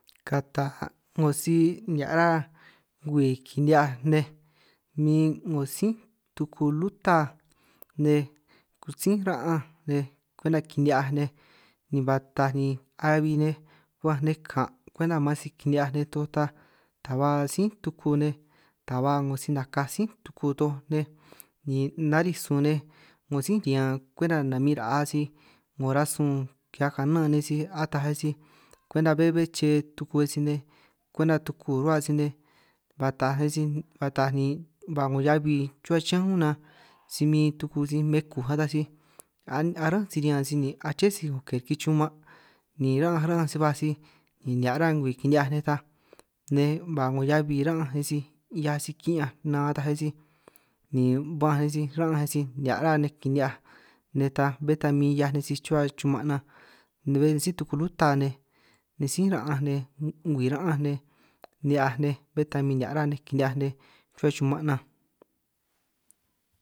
Kataj 'ngo si nihia' ra ngwii kini'hiaj nej niin' 'ngo sí tuku lutaj nej 'ngo nej sí ra'anj nej, kwenta kini'biaj nej ni ba taaj ni abi nej ba'anj nej kan' kwenta man si kini'hiaj nej tooj, ta ba sí tuku nej taj ba 'ngo si nakaj sí tuku toj nej ni narij sun nej 'ngo sí riñan kwenta namin ra'a sij 'ngo rasun ki'hiaj kanan nej sij, ataj nej kwenta be'e be'e che tuku nej sij nej kuenta tuku rruhua nej sij nej ba taaj nej sij ba taaj ni ba 'ngo heabi chuhua chiñán únj nan, si min tuku si mekuj ataj sij arán sij riñan sij ni aché sij 'ngo ke riki chuman', ni ra'anj ra'anj sij baj sij ni nihia' ra ngwii kini'hiaj nej ta nej, ba 'ngo heabi ran'anj nej sij 'hiaj sij ki'ñanj nan ataj nej sij ni ba'anj nej sij ra'anj nej sij nihia' ruhua nej et kini'hiaj nej et ta, bé ta min 'hiaj nej sij chuhua chuman' nan ni bé sí tuku luta nej sí ra'anj nej ngwii ra'anj nej, ni'hiaj nej bé ta min nihia' ruhua nej et kini'hiaj nej et ruhua chuman' nan.